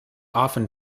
often